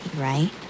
right